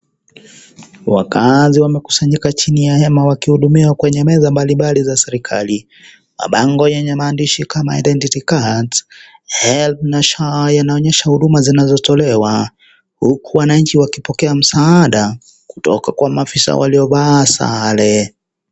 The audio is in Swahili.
Wakaazi wamekusanyika chini ya hema wakihudumiwa kwenye meza mbalimbali za serikali, mabango yenye maandishi kama identity cards ,helb na SHA yanaonyesha huduma zinazotolewa huku wananchi wakipokea msaada kutoka kwa maadisa waliovaa sare.